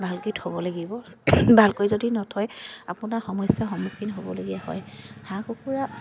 ভালকৈ থ'ব লাগিব ভালকৈ যদি নথয় আপোনাৰ সমস্যাৰ সন্মুখীন হ'বলগীয়া হয় হাঁহ কুকুৰা